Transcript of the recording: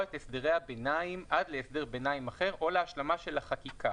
את הסדרי הביניים עד להסדר ביניים אחר או להשלמה של החקיקה".